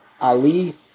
Ali